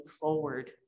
forward